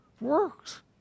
Works